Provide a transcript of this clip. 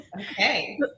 Okay